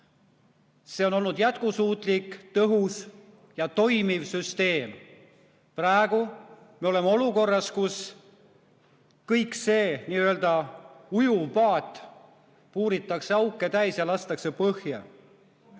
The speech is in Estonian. See on olnud jätkusuutlik, tõhus ja toimiv süsteem. Praegu me oleme olukorras, kus kogu see n-ö ujuv paat puuritakse auke täis ja lastakse põhja.